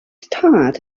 starred